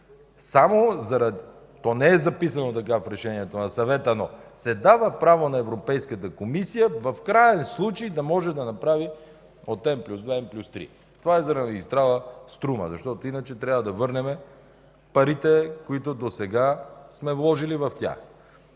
N+2 на N+3. То не е записано така в решението на Съвета, но се дава право на Европейската комисия в краен случай да може да направи от N+2 N+3. Това е заради магистрала „Струма”, защото иначе трябва да върнем парите, които досега сме вложили в нея.